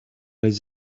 les